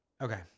okay